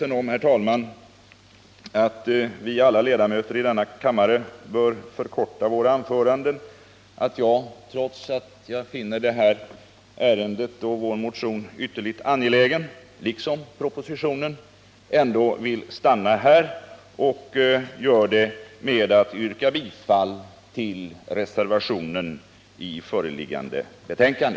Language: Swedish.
Jag är, herr talman, så medveten om att alla vi ledamöter i denna kammare bör förkorta våra anföranden att jag, trots att jag finner detta ärende och vår motion liksom propositionen ytterligt angelägen, vill avsluta mitt anförande här. Jag gör det med att yrka bifall till reservationen i föreliggande betänkande.